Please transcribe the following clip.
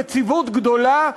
יציבות גדולה,